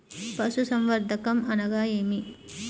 పశుసంవర్ధకం అనగా ఏమి?